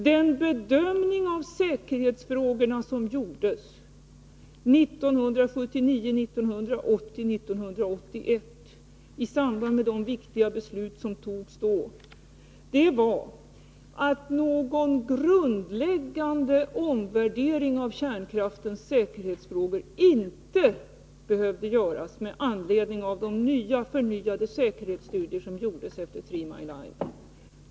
Den bedömning av säkerhetsfrågorna som gjordes 1979, 1980 och 1981 i samband med de viktiga beslut som då fattades var att någon grundläggande omvärdering av kärnkraften med avseende på säkerhetsaspekterna inte behövde göras med anledning av de nya säkerhetsstudier som gjordes efter händelserna på Three Mile Island.